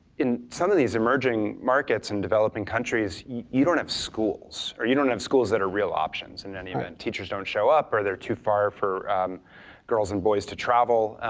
in some of these emerging markets in developing countries you you don't have schools, or you don't have schools that are real options in any event. teachers don't show up or they're too far for girls and boys to travel.